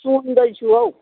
सुन्दैछु हौ